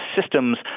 systems